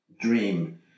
dream